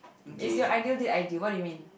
is your ideal date ideal what do you mean